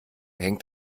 hängt